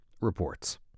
reports